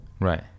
right